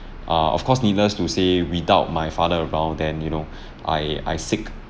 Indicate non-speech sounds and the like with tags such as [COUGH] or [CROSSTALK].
err of course needless to say without my father around then you know [BREATH] I I seek